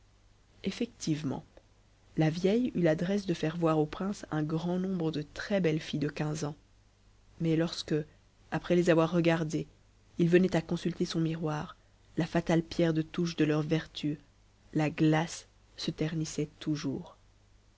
ecectivement la vieille eut l'adresse de faire voir au prince un grand nombre de nës behes filles de quinze ans mais lorsque après les avoir regardées il venait à consulter son miroir la fatale pierre de touche df leur vertu la glace se ternissait toujours